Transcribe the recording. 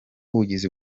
ubugizi